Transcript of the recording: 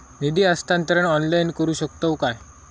निधी हस्तांतरण ऑनलाइन करू शकतव काय?